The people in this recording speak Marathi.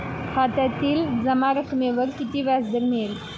खात्यातील जमा रकमेवर किती व्याजदर मिळेल?